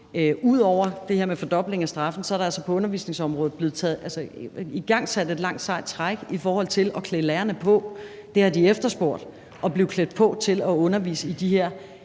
ud over det her med fordobling af straffen er blevet igangsat et langt, sejt træk i forhold til at klæde lærerne på. Det har de efterspurgt, altså at blive klædt på til at undervise i de her